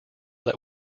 that